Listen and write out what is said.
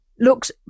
Looks